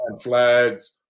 flags